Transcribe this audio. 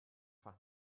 for